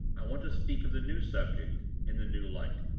i want to speak of the new subject, in the new light.